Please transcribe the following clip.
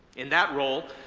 in that role,